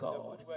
God